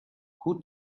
who